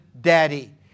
daddy